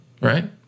Right